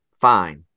fine